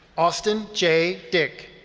austin j. dick.